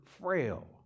frail